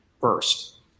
first